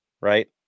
right